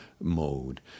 mode